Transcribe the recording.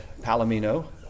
Palomino